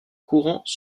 courants